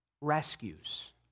rescues